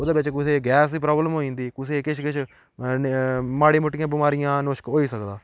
ओह्दे बिच्च कुसै गी गैस दी प्राब्लम होई जंदी कुसै गी किश किश माड़ी मुट्टियां बमारियां नुश्क होई सकदा